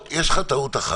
בוא, מיקי, יש לך טעות אחת.